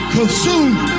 consumed